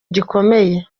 gikomeye